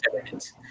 evidence